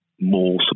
more